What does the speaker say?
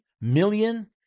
million